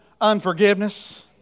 unforgiveness